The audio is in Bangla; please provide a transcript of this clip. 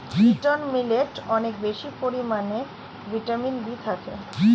লিট্ল মিলেটে অনেক বেশি পরিমাণে ভিটামিন বি থাকে